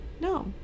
No